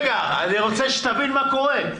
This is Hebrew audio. אני רוצה שתבין מה קורה.